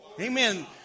Amen